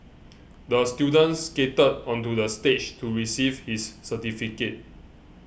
the student skated onto the stage to receive his certificate